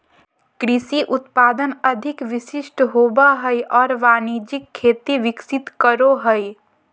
कृषि उत्पादन अधिक विशिष्ट होबो हइ और वाणिज्यिक खेती विकसित करो हइ